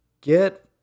get